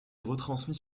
retransmis